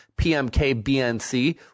PMKBNC